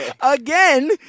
Again